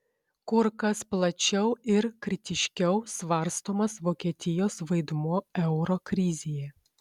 kur kas plačiau ir kritiškiau svarstomas vokietijos vaidmuo euro krizėje